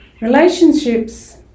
Relationships